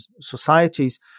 societies